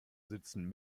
sitzen